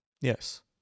Yes